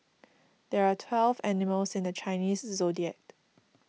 there are twelve animals in the Chinese zodiac